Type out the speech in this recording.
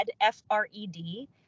F-R-E-D